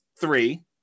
three